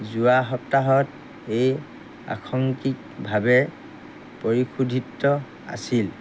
যোৱা সপ্তাহত ই আংশিকভাৱে পৰিশোধিত আছিল